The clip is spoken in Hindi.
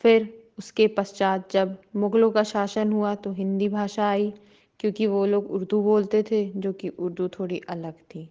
फिर उसके पश्चात जब मुगलों का शासन हुआ तो हिन्दी भाषा आई क्योंकि वह लोग उर्दू बोलते थे जो कि उर्दू थोड़ी अलग थी